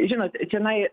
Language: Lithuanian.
žinot čianai